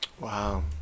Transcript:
Wow